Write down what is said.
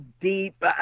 deep